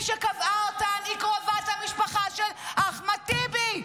מי שקבעה אותן היא קרובת המשפחה של אחמד טיבי.